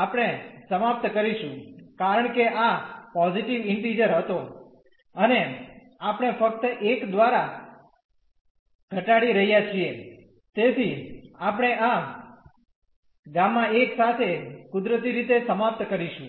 આપણે સમાપ્ત કરીશું કારણ કે આ પોઝીટીવ ઇન્ટીઝર હતો અને આપણે ફક્ત 1 દ્વારા ઘટાડી રહ્યા છીએ તેથી આપણે આ Γ સાથે કુદરતી રીતે સમાપ્ત કરીશું